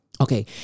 Okay